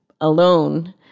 alone